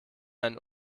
einen